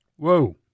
Whoa